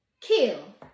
kill